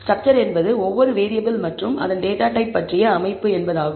structure என்பது ஒவ்வொரு variable மற்றும் அதன் டேட்டா டைப் பற்றிய அமைப்பு என்பதாகும்